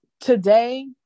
today